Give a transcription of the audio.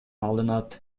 алынат